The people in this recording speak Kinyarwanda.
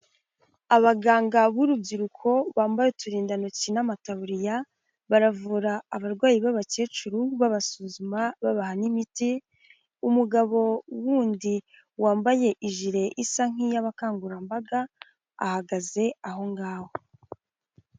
Abaganga b'urubyiruko bambaye uturindantoki n'amataburiya baravura abarwayi b'abakecuru babasuzuma babaha n'imiti. umugabo wundi wambaye ijire isa nk'iy'abakangurambaga ahagaze aho ngaho.